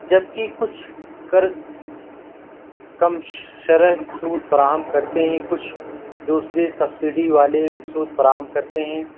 جب کہ کچھ قرض کم شرح سود فراہم کرتے ہیں کچھ دوسری سبسڈی والے سود فراہم کرتے ہیں